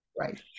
Right